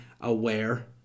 aware